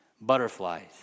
Butterflies